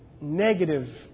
negative